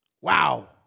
Wow